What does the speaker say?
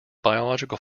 biological